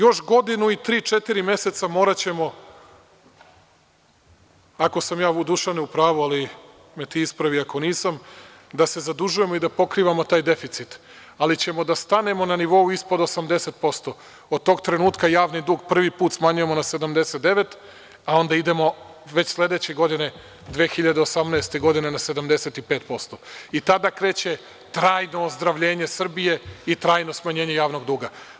Još godinu i tri, četiri meseca moraćemo, ako sam ja Dušane u pravu ti me ispravi ako nisam, da se zadužujemo i da pokrivamo taj deficit, ali ćemo da stanemo na nivou ispod 80%, od tog trenutka javni dug prvi put smanjujemo na 79, a onda idemo već sledeće godine 2018. godine na 75% i tada kreće trajno ozdravljenje Srbije i trajno smanjenje javnog duga.